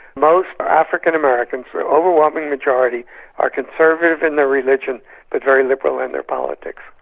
most are african americans, the overwhelming majority are conservative in their religion but very liberal in their politics.